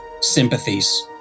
sympathies